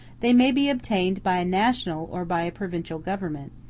they may be obtained by a national or by a provincial government,